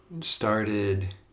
started